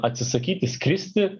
atsisakyti skristi